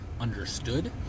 understood